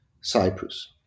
Cyprus